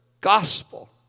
gospel